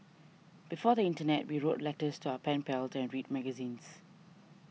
before the internet we wrote letters to our pen pals and read magazines